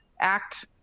act